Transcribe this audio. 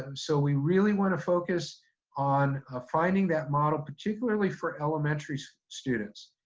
um so we really want to focus on finding that model, particularly for elementary students.